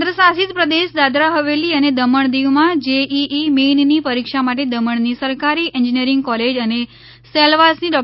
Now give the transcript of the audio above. કેન્દ્રશાસિત પ્રદેશ દાદરા હવેલી અને દમણ દીવમાં જેઈઈ મેઈનની પરીક્ષા માટે દમણની સરકારી એન્જિનિયરિંગ કોલેજ અને સેલવાસની ડો